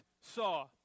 saw